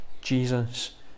Jesus